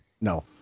no